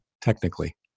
technically